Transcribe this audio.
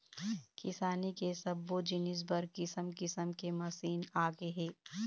किसानी के सब्बो जिनिस बर किसम किसम के मसीन आगे हे